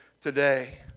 today